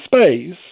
space